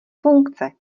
funkce